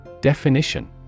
Definition